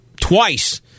twice